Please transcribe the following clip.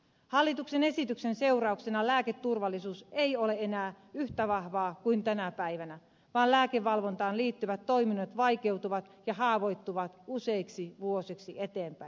hallituksen esityksen seurauksena lääketurvallisuus ei ole enää yhtä vahvaa kuin tänä päivänä vaan lääkevalvontaan liittyvät toiminnot vaikeutuvat ja haavoittuvat useiksi vuosiksi eteenpäin